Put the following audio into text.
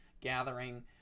gathering